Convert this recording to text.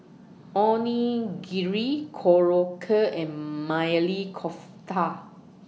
Onigiri Korokke and Maili Kofta